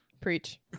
Preach